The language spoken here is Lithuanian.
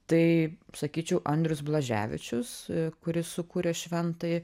tai sakyčiau andrius blaževičius kuris sukurė šventąjį